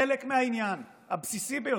חלק מהעניין הבסיסי ביותר,